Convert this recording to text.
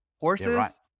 Horses